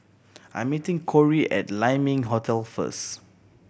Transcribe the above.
I'm meeting Korey at Lai Ming Hotel first